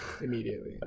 immediately